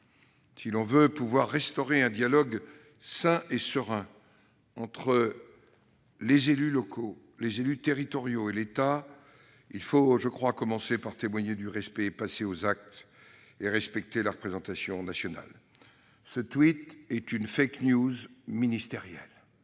Si l'on veut pouvoir restaurer un dialogue sain et serein entre les élus locaux, les élus territoriaux et l'État, il faut commencer par témoigner du respect, passer aux actes et respecter la représentation nationale. Ce tweet est une ministérielle,